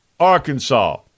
Arkansas